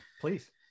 Please